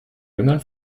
jüngern